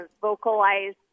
vocalize